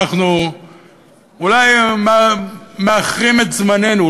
אנחנו אולי מאחרים את זמננו,